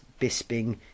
Bisping